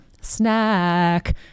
snack